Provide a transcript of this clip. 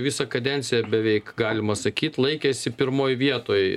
visą kadenciją beveik galima sakyt laikėsi pirmoj vietoj